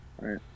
right